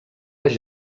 les